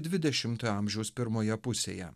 dvidešimtojo amžiaus pirmoje pusėje